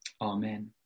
Amen